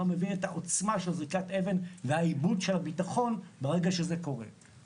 לא מבין את העוצמה של זריקת אבן והאיבוד של הביטחון ברגע שזה קורה.